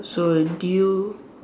so do you